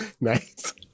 Nice